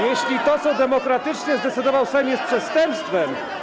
Jeśli to, co demokratycznie zdecydował Sejm, jest przestępstwem.